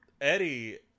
Eddie